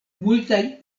multaj